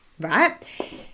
right